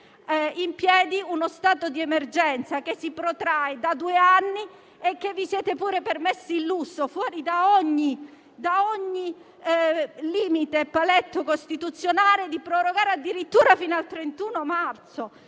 in piedi uno stato di emergenza che si protrae da due anni e vi siete pure permessi il lusso, fuori da ogni limite e paletto costituzionale, di prorogarlo addirittura fino al 31 marzo.